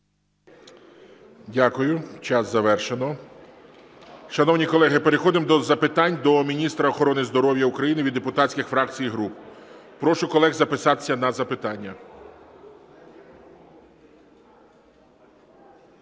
Дякую, час завершено. Шановні колеги, переходимо до запитань до міністр охорони здоров'я України від депутатських фракцій і груп. Прошу колег записатися на запитання.